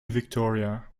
victoria